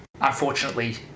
unfortunately